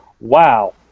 wow